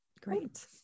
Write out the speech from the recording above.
Great